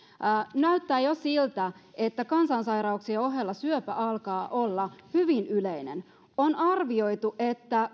näyttää jo siltä että kansansairauksien ohella syöpä alkaa olla hyvin yleinen on arvioitu että